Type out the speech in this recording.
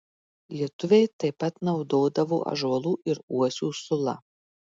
lietuviai taip pat naudodavo ąžuolų ir uosių sulą